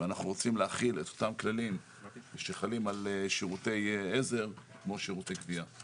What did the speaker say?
אנחנו רוצים להחיל את אותם כללים שחלים על שירותי עזר כמו שירותי גבייה.